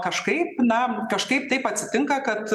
kažkaip na kažkaip taip atsitinka kad